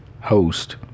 host